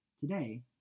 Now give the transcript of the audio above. Today